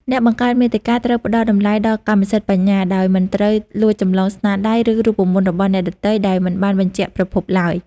អ្នកបង្កើតមាតិកាត្រូវផ្តល់តម្លៃដល់កម្មសិទ្ធិបញ្ញា ដោយមិនត្រូវលួចចម្លងស្នាដៃ ឬរូបមន្តរបស់អ្នកដទៃដោយមិនបានបញ្ជាក់ប្រភពឡើយ។